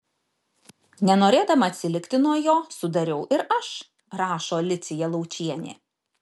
nenorėdama atsilikti nuo jo sudariau ir aš rašo alicija laučienė